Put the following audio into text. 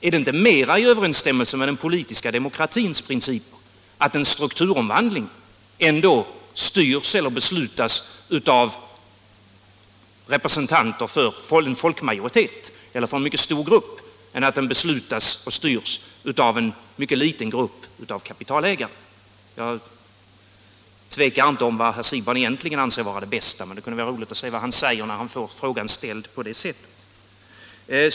Är det inte mera i överensstämmelse med den politiska demokratins principer att en strukturomvandling styrs eller beslutas av representanter för en folkmajoritet, eller för en mycket stor grupp, än att den beslutas och styrs av en mycket liten grupp kapitalägare? Jag tvekar inte om vad herr Siegbahn egentligen anser vara det bästa, men det kunde vara roligt att höra vad han säger när han får frågan på det sättet.